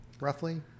roughly